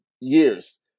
years